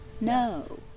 No